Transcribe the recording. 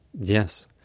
Yes